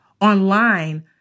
online